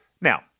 now